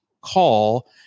call